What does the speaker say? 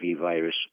virus